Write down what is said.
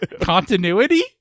Continuity